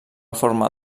forma